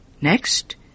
Next